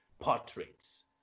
portraits